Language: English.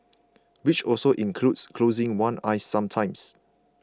which also includes closing one eye sometimes